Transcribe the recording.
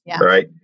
right